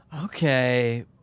okay